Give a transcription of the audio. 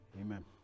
Amen